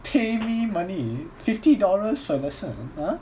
pay me money fifty dollars for lesson !huh!